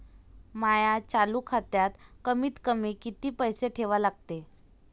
माया चालू खात्यात कमीत कमी किती पैसे ठेवा लागते?